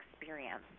experience